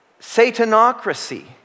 satanocracy